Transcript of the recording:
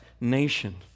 nation